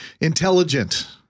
intelligent